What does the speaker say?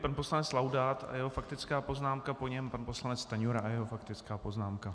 Pan poslanec Laudát a jeho faktická poznámka, po něm pan poslanec Stanjura a jeho faktická poznámka.